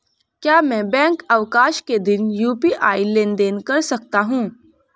क्या मैं बैंक अवकाश के दिन यू.पी.आई लेनदेन कर सकता हूँ?